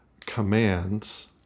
commands